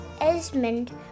Esmond